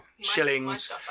shillings